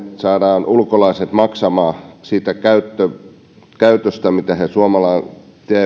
saadaan ulkolaiset maksamaan siitä käytöstä kun he suomalaisia